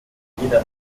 weder